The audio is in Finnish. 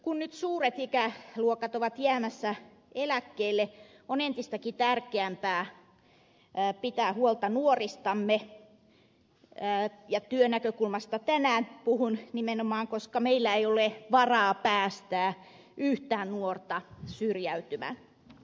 kun nyt suuret ikäluokat ovat jäämässä eläkkeelle on entistäkin tärkeämpää pitää huolta nuoristamme ja työnäkökulmasta tänään puhun nimenomaan koska meillä ei ole varaa päästää yhtään nuorta syrjäytymään